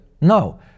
No